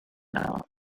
now